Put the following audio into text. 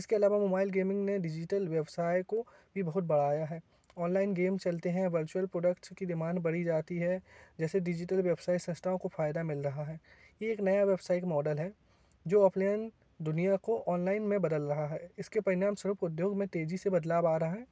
इसके अलावा mobile gaming ने डिजिटल व्यवसाय को ये बहुत बढ़ाया है औनलाइन गेम चलते हैं प्रॉडक्ट्स की डिमांड बढ़ी जाती है जैसे डिजिटल व्यवसाय संस्थाओं को फायदा मिल रहा है ये एक नया व्यावसायिक मौडल है जो ओफलाईन दुनिया को औनलाइन में बदल रहा है इसके परिणाम स्वरूप उद्योग में तेजी से बदलाव आ रहा है